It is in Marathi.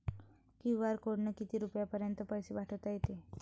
क्यू.आर कोडनं किती रुपयापर्यंत पैसे पाठोता येते?